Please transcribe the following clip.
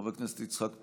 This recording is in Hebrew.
חבר הכנסת יצחק פינדרוס,